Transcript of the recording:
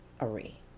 array